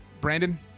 Brandon